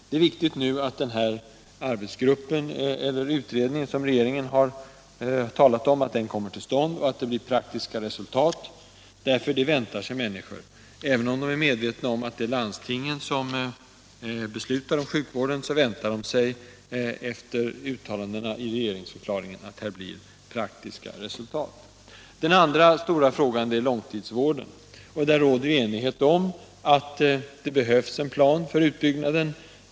Det är nu viktigt att den utredning som regeringen har talat om kommer till stånd och att det blir praktiska resultat, därför att människor väntar sig det. Fastän de är medvetna om att det är landstingen som beslutar om sjukvården, väntar de sig efter uttalandena i regeringsförklaringen att det blir praktiska resultat. Den andra stora frågan är långtidsvården. Det råder nu enighet om att det behövs en plan för utbyggnaden.